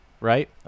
right